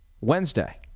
Wednesday